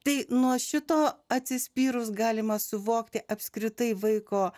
tai nuo šito atsispyrus galima suvokti apskritai vaiko